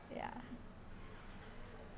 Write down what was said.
ya